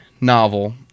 novel